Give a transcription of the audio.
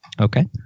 Okay